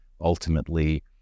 ultimately